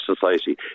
society